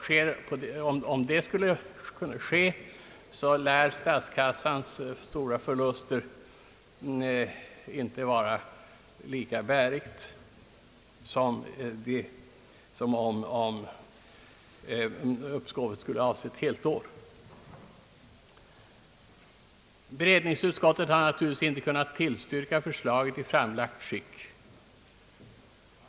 Sker detta, lär argumentet om statskassans stora förlust inte vara lika bärigt som om uppskovet skulle avse ett helt år. Bevillningsutskottet har naturligtvis inte kunnat tillstyrka förslaget i framlagt skick.